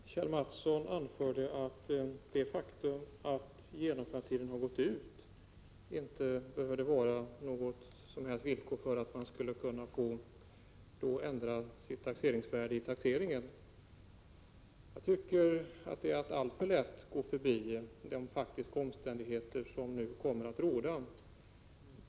Herr talman! Kjell A. Mattsson anförde att det faktum att genomförandetiden har gått ut inte behövde vara något villkor för att man skulle få ändra taxeringsvärdet vid taxeringen. Jag tycker att det är att alltför lätt gå förbi de faktiska omständigheter som kommer att råda.